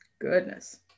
goodness